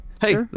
hey